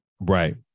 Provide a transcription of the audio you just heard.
right